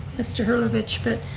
mr. herlovich, but